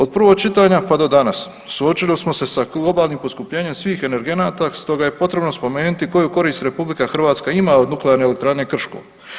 Od prvog čitanja pa do danas suočili smo se sa globalnim poskupljenjem svih energenata, stoga je potrebno spomenuti koju korist Republika Hrvatska ima od nuklearne elektrane Krško.